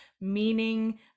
meaning